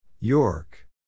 York